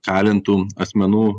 kalintų asmenų